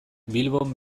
bilbon